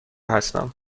هستم